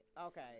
Okay